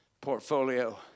portfolio